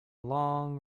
long